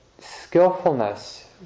skillfulness